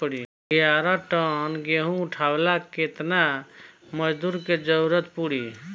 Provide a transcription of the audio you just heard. ग्यारह टन गेहूं उठावेला केतना मजदूर के जरुरत पूरी?